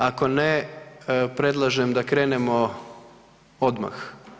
Ako ne, predlažem da krenemo odmah.